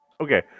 okay